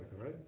right